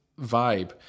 vibe